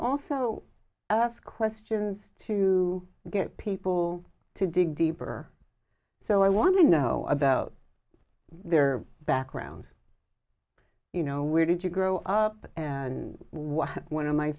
also ask questions to get people to dig deeper so i want to know about their background you know where did you grow up and why one of my